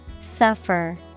Suffer